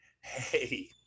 hey